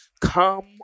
Come